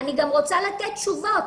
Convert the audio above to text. רוצה לתת תשובות,